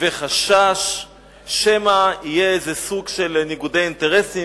וחשש שמא יהיה איזה סוג של ניגוד אינטרסים.